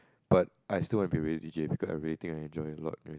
but I still want to be a radio D_J because I really think I enjoy a lot